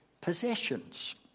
possessions